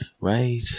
Right